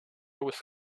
with